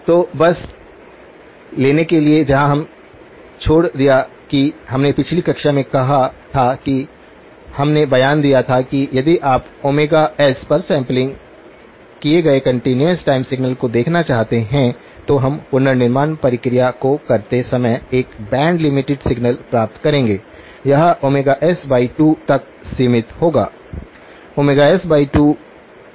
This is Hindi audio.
तो बस लेने के लिए जहां हम छोड़ दिया की हमने पिछली कक्षा में कहा था हमने बयान दिया था कि यदि आप ओमेगा एस पर सैंपलिंग किए गए कंटीन्यूअस टाइम सिग्नल को देखना चाहते हैं तो हम पुनर्निर्माण प्रक्रिया को करते समय एक बैंड लिमिटेड सिग्नल प्राप्त करेंगे यह s2 तक सीमित होगा